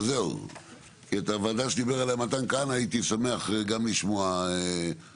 כי את הוועדה שדיבר עליה מתן כהנא הייתי שמח גם לשמוע עליה.